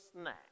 snack